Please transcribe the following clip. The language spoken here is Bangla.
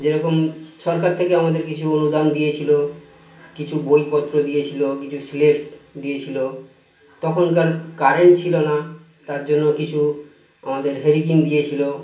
যেরকম সরকার থেকে আমাদের কিছু অনুদান দিয়েছিল কিছু বইপত্র দিয়েছিল কিছু স্লেট দিয়েছিল তখনকার কারেন্ট ছিল না তার জন্য কিছু আমাদের হ্যারিকেন দিয়েছিল